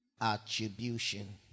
attribution